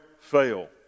fail